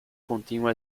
continua